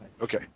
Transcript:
Okay